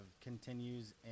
continues